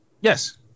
yes